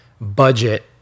budget